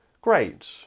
Great